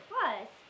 Plus